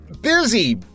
busy